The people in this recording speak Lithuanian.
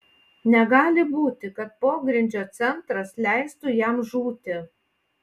negali būti kad pogrindžio centras leistų jam žūti